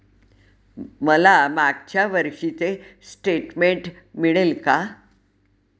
मला मागच्या वर्षीचे स्टेटमेंट मिळेल का?